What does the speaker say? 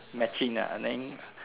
matching ah then